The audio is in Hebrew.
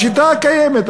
בשיטה הקיימת,